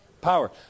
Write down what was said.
Power